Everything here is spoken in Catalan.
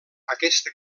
aquesta